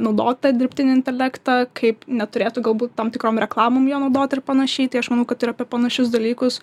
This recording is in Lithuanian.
naudot tą dirbtinį intelektą kaip neturėtų galbūt tam tikrom reklamom jo naudot ir panašiai tai aš manau kad ir apie panašius dalykus